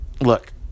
Look